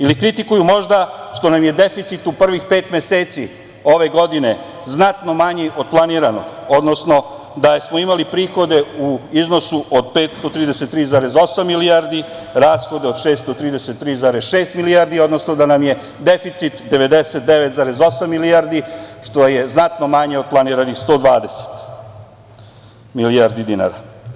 Ili kritikuju možda što nam je deficit u prvih pet meseci ove godine znatno manji od planiranog, odnosno da smo imali prihode u iznosu od 533,8 milijardi, rashode od 633,6 milijardi, odnosno da nam je deficit 99,8 milijardi, što je znatno manje od planiranih 120 milijardi dinara.